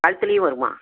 கழுத்திலியும் வருமா